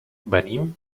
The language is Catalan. venim